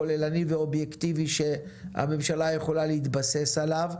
כוללני ואובייקטיבי שהממשלה יכולה להתבסס עליו.